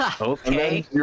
Okay